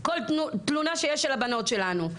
כל תלונה שיש של הבנות שלנו.